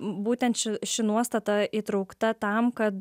būtent ši ši nuostata įtraukta tam kad